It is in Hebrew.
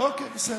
אוקיי, בסדר.